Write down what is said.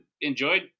enjoyed